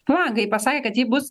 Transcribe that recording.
flangą ji pasakė kad ji bus